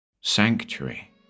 Sanctuary